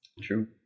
True